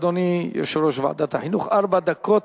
אדוני יושב-ראש ועדת החינוך, ארבע דקות,